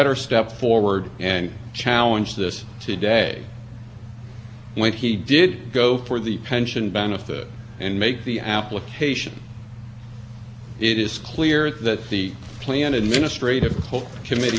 did go for the pension benefit and make the application it is clear that the plan administrative committee told him that he had a right to be heard as a matter of right